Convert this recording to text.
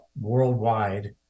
worldwide